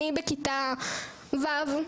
אני בכיתה ו',